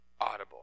audible